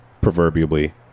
Proverbially